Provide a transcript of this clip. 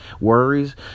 worries